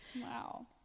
Wow